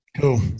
cool